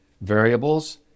variables